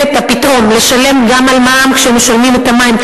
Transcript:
שבו האזרחים נדרשים לפתע פתאום לשלם גם מע"מ כשהם משלמים על המים,